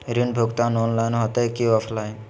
ऋण भुगतान ऑनलाइन होते की ऑफलाइन?